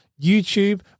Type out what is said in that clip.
YouTube